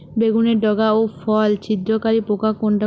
বেগুনের ডগা ও ফল ছিদ্রকারী পোকা কোনটা?